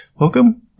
Welcome